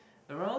around